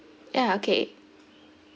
yeah okay